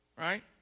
right